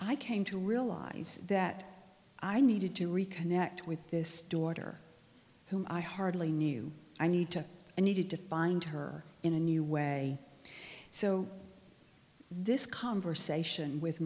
i came to realize that i needed to reconnect with this daughter whom i hardly knew i need to i needed to find her in a new way so this conversation with